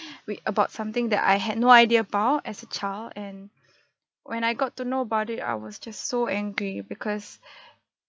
with about something that I had no idea about as a child and when I got to know about it I was just so angry because